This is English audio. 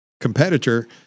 competitor